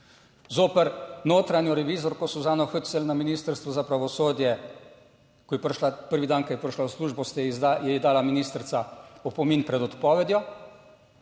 zoper notranjo revizorko Suzano Hötzl na Ministrstvu za pravosodje, ko je prišla, prvi dan, ko je prišla v službo, ste, ji je dala ministrica opomin pred odpovedjo,